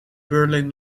berlin